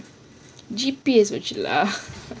G_P_S வெச்சி ல:wechi la